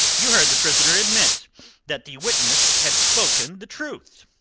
you heard the prisoner admit that the witness had spoken the truth?